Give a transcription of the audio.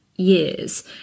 Years